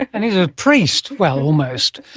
and he's a priest, well, almost.